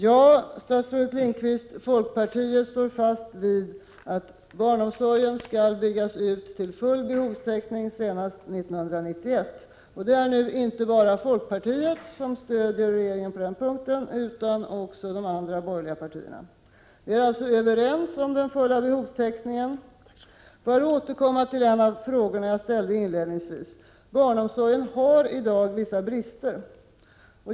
Ja, statsrådet Lindqvist, folkpartiet står fast vid att barnomsorgen skall byggas ut till full behovstäckning senast 1991, och det är nu inte bara folkpartiet som stöder regeringen på den punkten utan också de andra borgerliga partierna. Vi är alltså överens om den fulla behovstäckningen. Låt mig så återkomma till en av de frågor jag inledningsvis ställde. Barnomsorgen har i dag vissa brister.